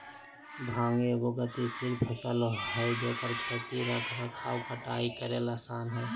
भांग एगो गतिशील फसल हइ जेकर खेती रख रखाव कटाई करेय आसन हइ